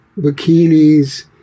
bikinis